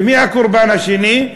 ומי הקורבן השני?